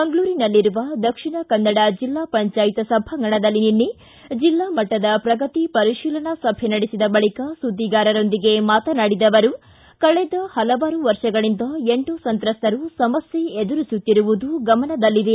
ಮಂಗಳೂರಿನಲ್ಲಿರುವ ದಕ್ಷಿಣ ಕನ್ನಡ ಜಿಲ್ಲಾ ಪಂಚಾಯತ್ ಸಭಾಂಗಣದಲ್ಲಿ ಜಿಲ್ಲಾ ಮಟ್ಟದ ಪ್ರಗತಿ ಪರಿಶೀಲನಾ ಸಭೆ ನಡೆಸಿದ ಬಳಕ ಸುದ್ದಿಗಾರೊಂದಿಗೆ ಮಾತನಾಡಿದ ಅವರು ಕಳೆದ ಹಲವಾರು ವರ್ಷಗಳಿಂದ ಎಂಡೋ ಸಂತ್ರಸ್ತರು ಸಮಸ್ಯೆ ಎದುರಿಸುತ್ತಿರುವುದು ಗಮನದಲ್ಲಿದೆ